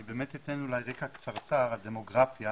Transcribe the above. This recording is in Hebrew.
אני באמת אתן אולי רקע קצרצר על דמוגרפיה